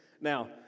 Now